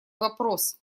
вопрос